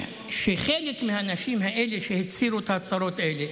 שחלק מהאנשים האלה שהצהירו את ההצהרות האלה,